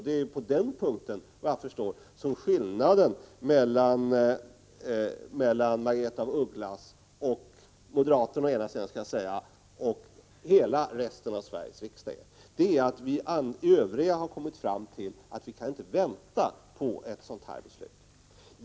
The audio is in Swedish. Det är såvitt jag förstår på den punkten som skillnaden ligger mellan å ena sidan moderaterna, å andra sidan Sveriges riksdag i övrigt. Vi övriga har kommit fram till att vi inte kan vänta på ett sådant beslut.